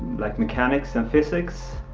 like, mechanics and physics.